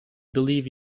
believe